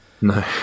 no